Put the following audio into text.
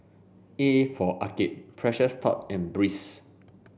A for Arcade Precious Thots and Breeze